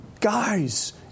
Guys